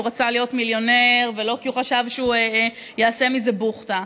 רצה להיות מיליונר ולא כי חשב שהוא יעשה מזה בוחטה.